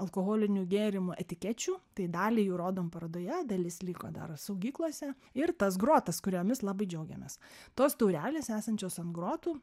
alkoholinių gėrimų etikečių tai dalį jų rodom parodoje dalis liko dar saugyklose ir tas grotas kuriomis labai džiaugiamės tos taurelės esančios ant grotų